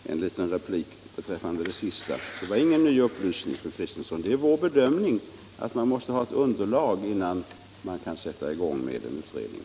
Herr talman! Bara en liten replik beträffande fru Kristenssons sista Tisdagen den påstående. Det var ingen ny upplysning, fru Kristensson. Det är vår 2 december 1975 bedömning att man måste ha ett underlag innan man kan sätta i gång